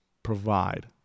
provide